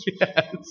Yes